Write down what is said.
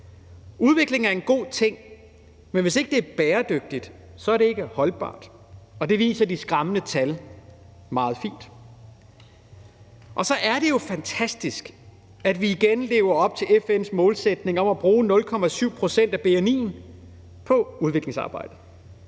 udvikling er en god ting, men hvis ikke det er bæredygtigt, er det ikke holdbart, og det viser de skræmmende tal meget fint. Så er det jo fantastisk, at vi igen lever op til FN's målsætning om at bruge 0,7 pct. af bni'en på udviklingsarbejdet.